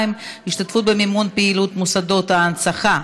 2) (השתתפות במימון פעילות מוסדות ההנצחה),